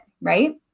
Right